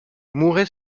mouret